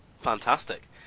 fantastic